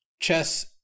chess